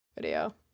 video